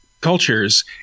cultures